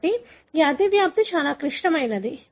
కాబట్టి ఈ అతివ్యాప్తి చాలా క్లిష్టమైనది